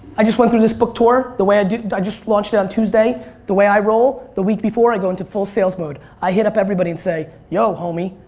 i just went through this book tour the way i do. i just launched it on tuesday the way i roll the week before i go go in to full sales mode. i hit up everybody and say yo homie,